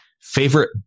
favorite